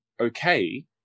okay